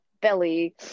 Belly